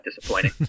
disappointing